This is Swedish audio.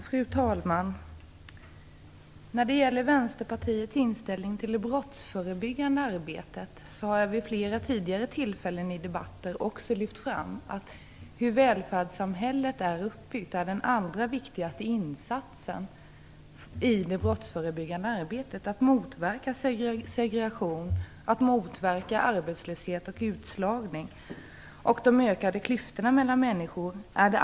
Fru talman! När det gäller Vänsterpartiets inställning till det brottsförebyggande arbetet har jag i debatter vid flera tidigare tillfällen lyft fram hur välfärdssamhället är uppbyggt. Den allra viktigaste insatsen i det brottsförebyggande arbetet är att motverka segregation, motverka arbetslöshet och utslagning och minska de ökade klyftorna mellan människor.